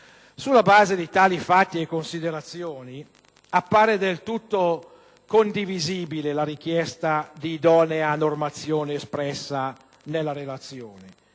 Sulla base di tali fatti e considerazioni appare del tutto condivisibile la richiesta di idonea normazione espressa nella relazione